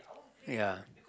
ya